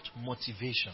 motivation